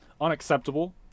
unacceptable